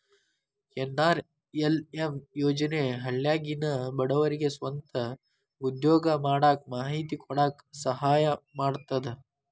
NRLM ಯೋಜನೆ ಹಳ್ಳ್ಯಾಗಿನ ಬಡವರಿಗೆ ಸ್ವಂತ ಉದ್ಯೋಗಾ ಮಾಡಾಕ ಮಾಹಿತಿ ಕೊಡಾಕ ಸಹಾಯಾ ಮಾಡ್ತದ